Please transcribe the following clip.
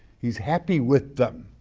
he's happy with them,